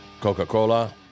coca-cola